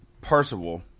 Percival